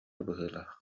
быһыылаах